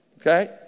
okay